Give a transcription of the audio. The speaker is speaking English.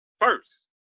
first